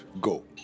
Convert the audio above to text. go